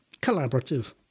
collaborative